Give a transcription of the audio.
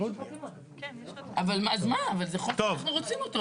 זה חוק שאנחנו רוצים.